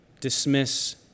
dismiss